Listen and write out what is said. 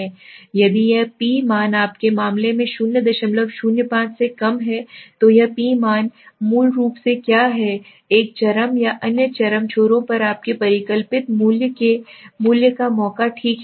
यदि यह P मान आपके मामले में 005 से कम है तो यह P मान मूल रूप से यह क्या है एक चरम क्षेत्र या अन्य चरम छोरों पर आपके परिकलित मूल्य के मूल्य का मौका ठीक है